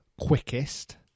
quickest